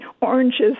oranges